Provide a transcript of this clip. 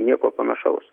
nieko panašaus